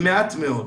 זה מעט מאוד.